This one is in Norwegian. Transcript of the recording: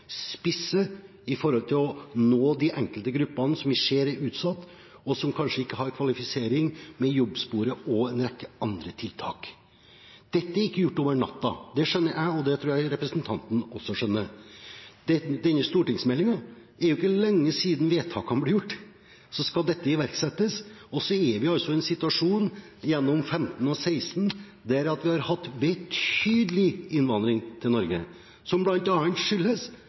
å nå de enkelte gruppene som vi ser er utsatt, og som kanskje ikke har kvalifisering, med jobbsporet og en rekke andre tiltak. Dette er ikke gjort over natten. Det skjønner jeg, og det tror jeg representanten også skjønner. Det er ikke lenge siden vedtakene i forbindelse med stortingsmeldingen ble gjort. Så skal dette iverksettes. Så er vi altså i en situasjon der vi gjennom 2015 og 2016 har hatt en betydelig innvandring til Norge, noe som bl.a. skyldes